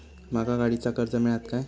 माका गाडीचा कर्ज मिळात काय?